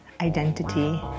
Identity